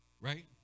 right